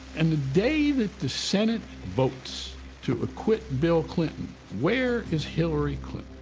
and the day that the senate votes to acquit bill clinton, where is hillary clinton?